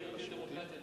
רבותי חברי הכנסת,